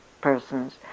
persons